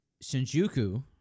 Shinjuku